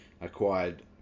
acquired